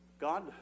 God